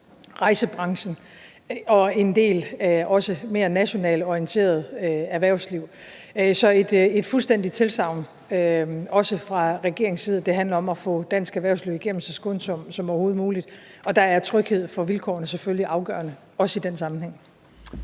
rejsebranchen og også en del af det mere nationalt orienterede erhvervsliv. Så jeg vil også give et fuldstændig klart tilsagn fra regeringens side om, at det handler om at få dansk erhvervsliv så skånsomt igennem som overhovedet muligt, og der er tryghed for vilkårene selvfølgelig afgørende, også i den sammenhæng.